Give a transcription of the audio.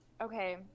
okay